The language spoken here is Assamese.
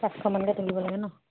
পাঁছশ মানকে তুলিব লাগে ন